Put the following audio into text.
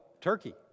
turkey